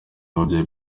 wabaye